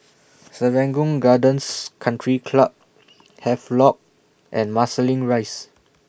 Serangoon Gardens Country Club Havelock and Marsiling Rise